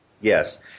Yes